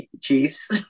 Chiefs